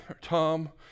Tom